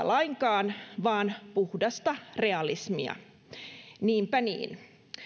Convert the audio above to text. lainkaan ideologista vaan puhdasta realismia niinpä niin